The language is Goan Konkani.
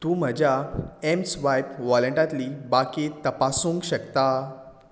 तूं म्हज्या एम स्वायप वॉलेटातली बाकी तपासूंक शेकता